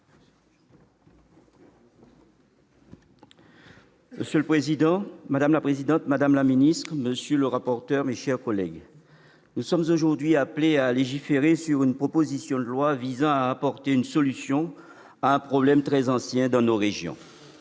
En Marche. Madame la présidente, madame la garde des sceaux, mes chers collègues, nous sommes aujourd'hui appelés à légiférer sur une proposition de loi visant à apporter une solution à un problème très ancien dans nos régions